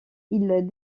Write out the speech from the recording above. ils